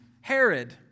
Herod